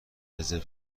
رزرو